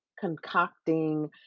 concocting